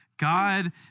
God